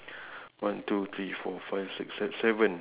and okay and the